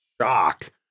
shock